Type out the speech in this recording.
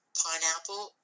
pineapple